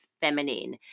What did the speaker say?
Feminine